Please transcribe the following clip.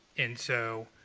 and so